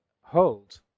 hold